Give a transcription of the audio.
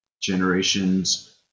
generations